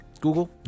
Google